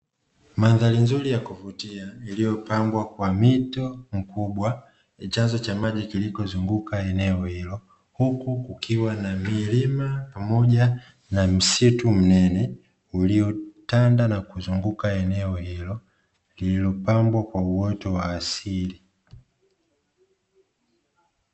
Mandhari nzuri ya kuvutia iloyopambwa kwa mito mkubwa, chanzo cha maji kilichozunguka eneo hilo huku kukiwa na milima pamoja na msitu mnene uliotanda na kuzunguka eneo hilo lililopambwa kwa uoto wa asili.